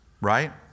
right